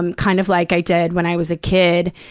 um kind of like i did when i was a kid,